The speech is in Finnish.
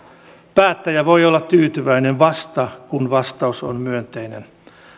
päättäjä voi olla tyytyväinen vasta kun vastaus on myönteinen